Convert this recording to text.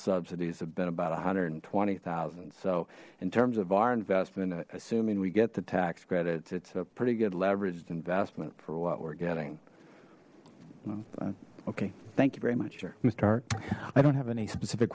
subsidies have been about a hundred and twenty thousand so in terms of our investment assuming we get the tax credits it's a pretty good leveraged investment for what we're getting okay thank you very much sure mister arp i don't have any specific